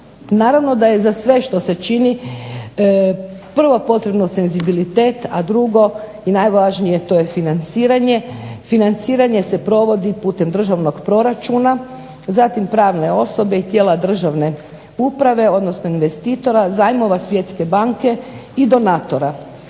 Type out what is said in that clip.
Naravno da je za sve što se čini prvo potrebno senzibilitet, a drugo i najvažnije to je financiranje, financiranje se provodi putem državnog proračuna, zatim pravne osobe i tijela državne uprave, odnosno investitora, zajmova Svjetske banke i donatora.